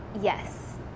Yes